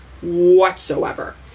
whatsoever